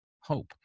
hope